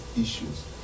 issues